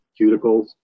cuticles